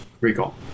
recall